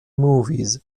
movies